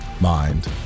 mind